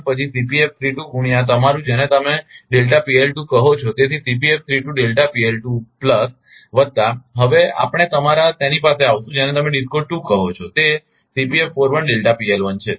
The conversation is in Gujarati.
તેથી પછી ગુણ્યા તમારુ જેને તમે કહો છો તેથી વત્તા હવે આપણે તમારા તેની પાસે આવીશું જેને તમે DISCO 2 કહો છો તે છે